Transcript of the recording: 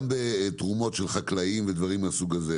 גם בתרומות של חקלאים ודברים מהסוג הזה,